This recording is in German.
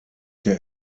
der